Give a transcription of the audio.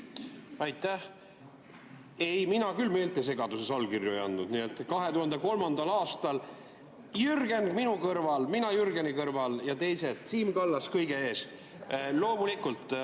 Aitäh! Ei, mina küll meeltesegaduses allkirju ei andnud. 2003. aastal oli Jürgen minu kõrval, mina Jürgeni kõrval ja teised, Siim Kallas kõige ees.